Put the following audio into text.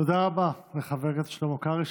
תודה רבה לחבר הכנסת שלמה קרעי,